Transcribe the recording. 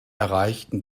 erreichten